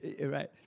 Right